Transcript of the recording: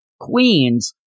Queens